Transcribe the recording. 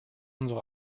unsere